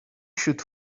should